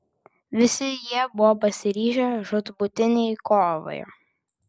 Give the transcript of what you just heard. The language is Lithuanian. visi jie buvo pasiryžę žūtbūtinei kovai